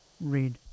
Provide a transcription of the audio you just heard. read